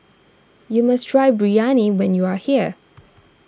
you must try Biryani when you are here